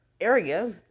area